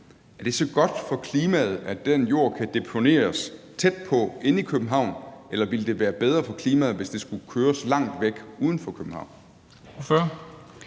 er det så godt for klimaet, at den jord kan deponeres tæt derpå, inde i København, eller ville det være bedre for klimaet, hvis den skulle køres langt væk, uden for København?